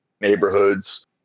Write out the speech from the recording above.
neighborhoods